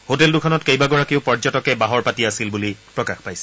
hotel দুখনত কেইবাগৰাকীও পৰ্যটকে বাহৰ পাতি আছিল বুলি প্ৰকাশ পাইছে